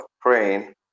praying